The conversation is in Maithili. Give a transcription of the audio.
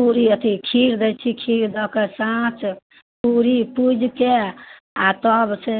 पूड़ी अथी खीर दै छी खीर दऽ कऽ साँच पूड़ी पूजिकऽ आओर तब से